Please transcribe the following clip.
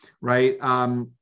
right